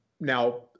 Now